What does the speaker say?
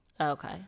Okay